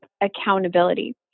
accountability